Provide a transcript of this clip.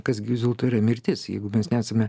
kas gi vis dėl to yra mirtis jeigu mes nesame